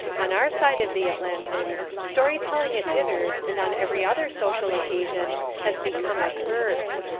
on our side of the atlantic story-telling at dinners and on every other social occasion has become a curse.